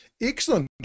Excellent